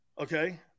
Okay